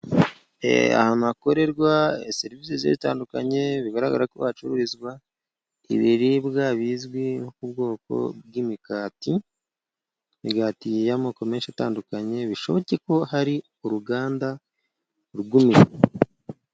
Ahantu hakorerwa serivisi zigiye zitandukanye, bigaragara ko hacururizwa ibiribwa bizwi nko k'ubwoko bw'imigati, imigati y'amoko menshi atandukanye, bishoboke ko har'uruganda rugumishwa.